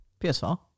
PS4